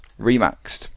remaxed